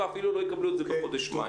ולא יקבלו זאת בחודש מאי.